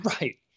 Right